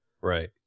right